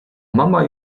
mama